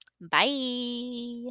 Bye